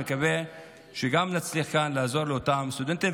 אני מקווה שנצליח כאן לעזור לאותם סטודנטים,